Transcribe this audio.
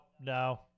no